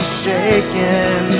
shaken